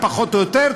פחות או יותר,